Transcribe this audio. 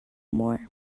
more